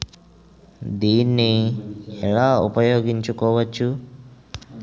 దీన్ని ఎలా ఉపయోగించు కోవచ్చు?